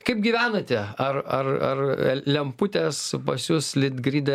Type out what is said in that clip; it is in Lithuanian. kaip gyvenate ar ar ar lemputės pas jus litgride